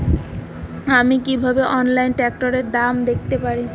আমি কিভাবে অনলাইনে ট্রাক্টরের দাম দেখতে পারি?